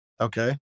Okay